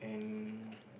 and